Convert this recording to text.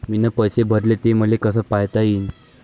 मीन पैसे भरले, ते मले कसे पायता येईन?